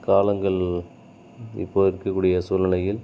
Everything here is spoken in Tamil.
காலங்கள் இப்போது இருக்கக்கூடிய சூழ்நிலையில்